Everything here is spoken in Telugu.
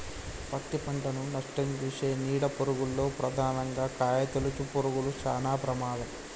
పత్తి పంటను నష్టంచేసే నీడ పురుగుల్లో ప్రధానంగా కాయతొలుచు పురుగులు శానా ప్రమాదం